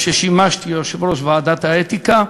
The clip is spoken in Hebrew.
כששימשתי יושב-ראש ועדת האתיקה,